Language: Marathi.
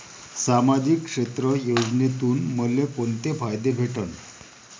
सामाजिक क्षेत्र योजनेतून मले कोंते फायदे भेटन?